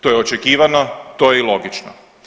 To je očekivano, to je i logično.